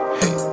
hey